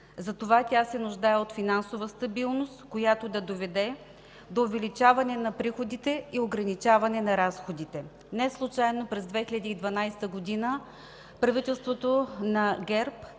Затова тя се нуждае от финансова стабилност, която да доведе до увеличаване на приходите и ограничаване на разходите. Неслучайно през 2012 г. правителството на ГЕРБ